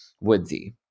woodsy